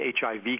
HIV